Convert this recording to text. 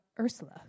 Ursula